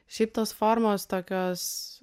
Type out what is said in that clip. šiaip tos formos tokios